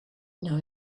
know